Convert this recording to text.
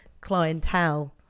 clientele